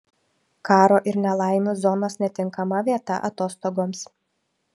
karo ir nelaimių zonos netinkama vieta atostogoms